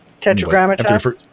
Tetragrammaton